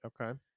Okay